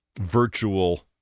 virtual